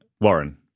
Warren